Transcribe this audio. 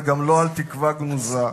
וגם לא על תקווה גנוזה לשגשוג.